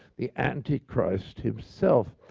the antichrist himself.